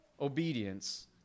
obedience